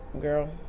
Girl